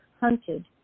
hunted